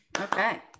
okay